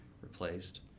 replaced